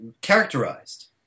characterized